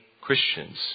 Christians